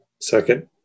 Second